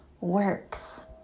works